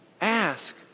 Ask